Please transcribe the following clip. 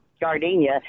gardenia